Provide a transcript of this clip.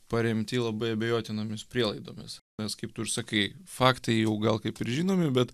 paremti labai abejotinomis prielaidomis nes kaip tu ir sakai faktai jau gal kaip ir žinomi bet